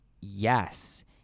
yes